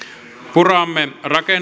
puramme